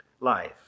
life